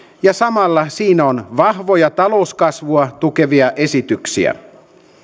ja samalla siinä on vahvoja talouskasvua tukevia esityksiä